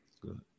Good